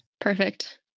Perfect